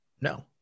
No